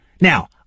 Now